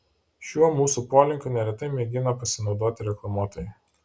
šiuo mūsų polinkiu neretai mėgina pasinaudoti reklamuotojai